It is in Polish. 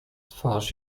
twarz